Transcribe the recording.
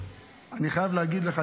אני חייב להגיד לך,